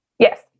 Yes